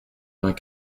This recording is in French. vingt